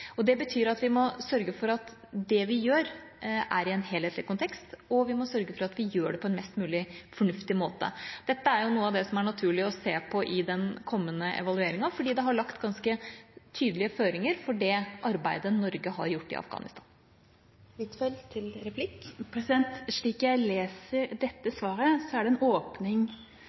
ønsket. Det betyr at vi må sørge for at det vi gjør, er i en helhetlig kontekst, og vi må sørge for at vi gjør det på en mest mulig fornuftig måte. Dette er noe av det som det er naturlig å se på i den kommende evalueringa, fordi det har lagt ganske tydelige føringer for det arbeidet Norge har gjort i Afghanistan. Slik jeg leser dette svaret, er det en åpning